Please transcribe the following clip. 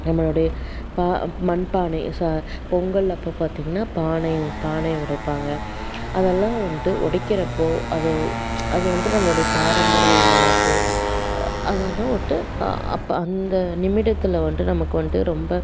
நம்மளுடைய ப மண்பானை ச பொங்கல் அப்போ பார்த்திங்கன்னா பானை பானை உடைப்பாங்க அதெல்லாம் வந்துட்டு உடைக்கிறப்போ அது அது வந்துட்டு நம்மளுடைய பாரம்பரிய விளையாட்டு அதெல்லாம் வந்துட்டு அப்போ அந்த நிமிடத்தில் வந்துட்டு நமக்கு வந்துட்டு ரொம்ப